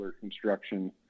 construction